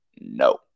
No